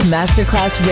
Masterclass